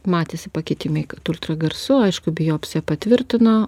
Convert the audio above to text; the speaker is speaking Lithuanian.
matėsi pakitimai ultragarsu aišku biopsija patvirtino